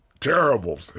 Terrible